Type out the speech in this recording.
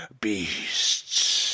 Beasts